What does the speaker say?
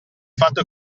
fatto